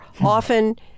often